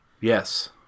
Yes